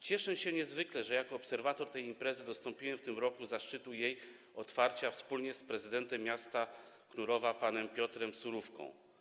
Cieszę się niezwykle, że jako obserwator tej imprezy dostąpiłem w tym roku zaszczytu jej otwarcia wspólnie z prezydentem miasta Knurowa panem Piotrem Surówką.